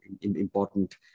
important